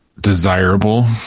desirable